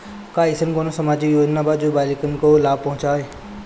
का अइसन कोनो सामाजिक योजना बा जोन बालिकाओं को लाभ पहुँचाए?